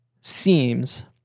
seems